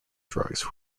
drugs